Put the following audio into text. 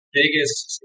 biggest